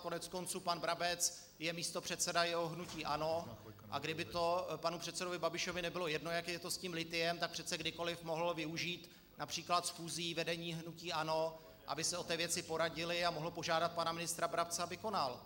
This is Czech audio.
Koneckonců pan Brabec je místopředseda jeho hnutí ANO, a kdyby to panu předsedovi Babišovi nebylo jedno, jak je to s tím lithiem, tak přece kdykoliv mohl využít například schůzí vedení hnutí ANO, aby se o té věci poradili, a mohl požádat pana ministra Brabce, aby konal.